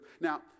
Now